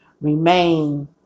remain